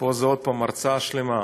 שפה זו הרצאה שלמה.